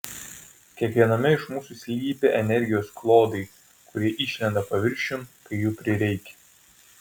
kiekviename iš mūsų slypi energijos klodai kurie išlenda paviršiun kai jų prireikia